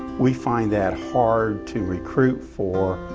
we find that heart to recruit for,